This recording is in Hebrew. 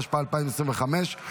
התשפ"ה 2025,